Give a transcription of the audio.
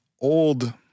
old